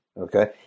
okay